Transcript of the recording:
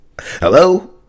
Hello